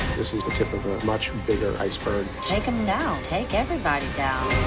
this is the tip of a much bigger iceberg. take him down. take everybody down.